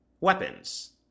weapons